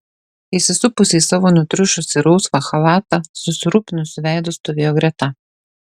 įsisupusi į savo nutriušusį rausvą chalatą susirūpinusiu veidu stovėjo greta